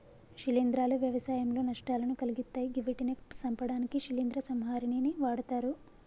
శిలీంద్రాలు వ్యవసాయంలో నష్టాలను కలిగిత్తయ్ గివ్విటిని సంపడానికి శిలీంద్ర సంహారిణిని వాడ్తరు